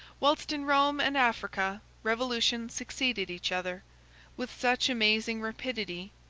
whilst in rome and africa, revolutions succeeded each other with such amazing rapidity,